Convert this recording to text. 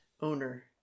owner